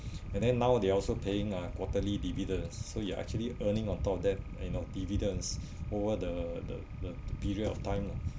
and then now they are also paying uh quarterly dividend so you are actually earning on top of that you know dividends over the the the period of time lah